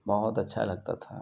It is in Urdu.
بہت اچھا لگتا تھا